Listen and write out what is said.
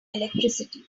electricity